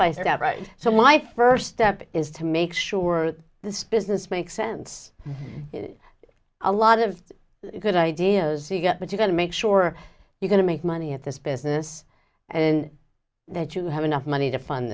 by step right so my first step is to make sure that this business makes sense a lot of good ideas you've got but you've got to make sure you going to make money at this business and that you have enough money to fund